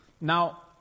now